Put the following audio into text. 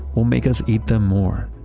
will make us eat them more.